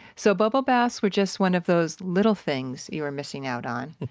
so bubble baths were just one of those little things you were missing out on.